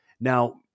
Now